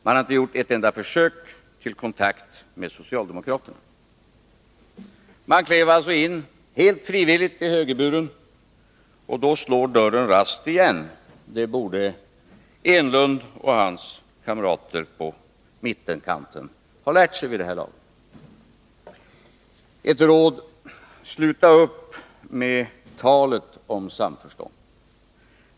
Man har inte gjort ett enda försök till kontakt med socialdemokraterna. Man klev alltså in, helt frivilligt, i högerburen, och då slår dörren raskt igen. Det borde Eric Enlund och hans kamrater i mitten ha lärt sig vid det här laget. Ett råd: Sluta upp med talet om samförstånd!